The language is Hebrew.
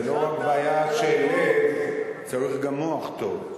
זאת לא רק בעיה של לב, צריך גם מוח טוב.